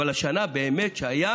אבל השנה באמת שהיה